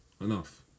Enough